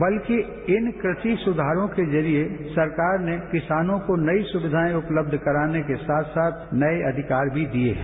बल्कि इन कृषि सुधारों के जरिए सरकार ने किसानों को नई सुविधाएं उपलब्ध कराने के साथ साथ नए अधिकार भी दिए हैं